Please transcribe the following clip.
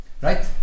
Right